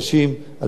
זו אמירה חשובה.